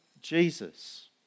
Jesus